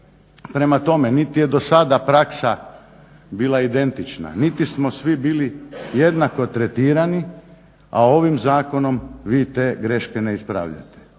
Prema tome, niti je do sada praksa bila identična, niti smo svi bili jednako tretirani, a ovim zakonom vi te greške ne ispravljate.